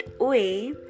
away